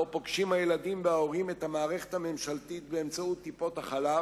שבו פוגשים הילדים וההורים את המערכת הממשלתית באמצעות טיפות-החלב,